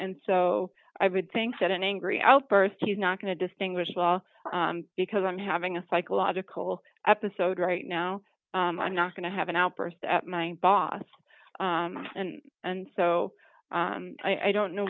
and so i would think that an angry outburst he's not going to distinguish well because i'm having a psychological episode right now i'm not going to have an outburst at my boss and and so i don't know